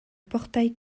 portail